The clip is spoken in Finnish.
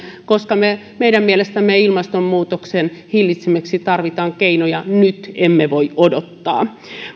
koska meidän mielestämme ilmastonmuutoksen hillitsemiseksi tarvitaan keinoja nyt emme voi odottaa